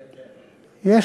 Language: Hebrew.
אכן כן, אבל לא מעט.